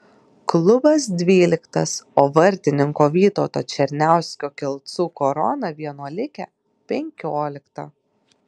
klubas dvyliktas o vartininko vytauto černiausko kelcų korona vienuolikė penkiolikta